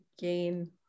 gain